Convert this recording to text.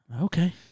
Okay